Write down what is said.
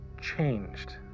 changed